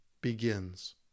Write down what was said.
begins